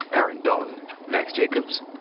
aaron dalton, max jacobs,